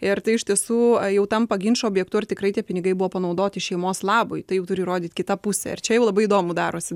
ir tai iš tiesų jau tampa ginčo objektu ar tikrai tie pinigai buvo panaudoti šeimos labui tai jau turi rodyti kita pusė ir čia jau labai įdomu darosi